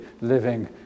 living